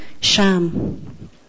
Sham